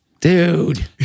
Dude